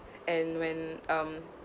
and when um